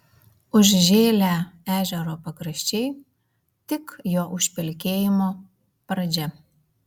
užžėlę ežero pakraščiai tik jo užpelkėjimo pradžia